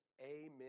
Amen